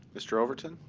mr. overton?